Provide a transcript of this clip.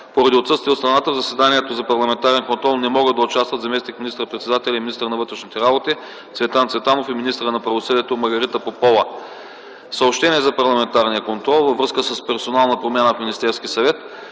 Поради отсъствие от страната в заседанието за парламентарен контрол не могат да участват заместник министър-председателят и министър на вътрешните работи Цветан Цветанов и министърът на правосъдието Маргарита Попова. Съобщение за парламентарния контрол във връзка с персонална промяна в Министерския съвет.